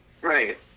right